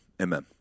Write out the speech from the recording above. amen